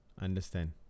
understand